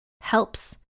helps